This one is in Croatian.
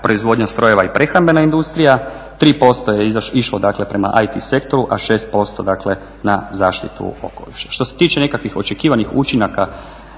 proizvodnja strojeva i prehrambena industrija, 3% je išlo prema ET sektoru, a 6% dakle na zaštitu okoliša. Što se tiče nekakvih očekivanih učinaka